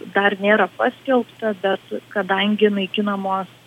dar nėra paskelbta bet kadangi naikinamos